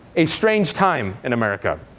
a strange time in america,